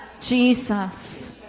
Jesus